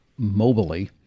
mobily